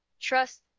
trust